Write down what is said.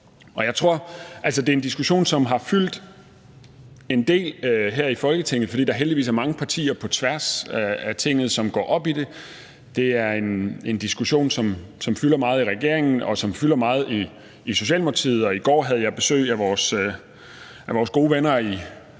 Det er en diskussion, som har fyldt en del her i Folketinget, fordi der heldigvis er mange partier på tværs af Tinget, som går op i det. Det er en diskussion, som fylder meget i regeringen, og som fylder meget i Socialdemokratiet. I går havde jeg besøg af vores gode venner i Danmarks